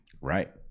right